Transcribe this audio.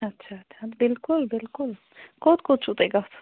اچھا بِلکُل بِلکُل کوٚت کوٚت چھُو تۄہہِ گژھُن